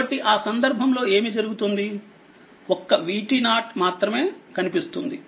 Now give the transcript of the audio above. కాబట్టిఆసందర్భంలోఏమిజరుగుతుంది ఒక్క v మాత్రమేకనిపిస్తుంది